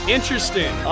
Interesting